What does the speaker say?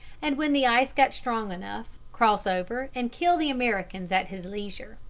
and when the ice got strong enough, cross over and kill the americans at his leisure.